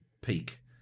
peak